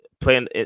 playing